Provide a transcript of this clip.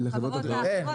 ובחברות האחרות?